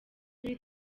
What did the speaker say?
muri